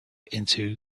into